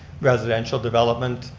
residential development